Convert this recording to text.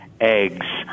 eggs